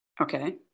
okay